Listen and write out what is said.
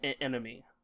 enemy